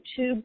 YouTube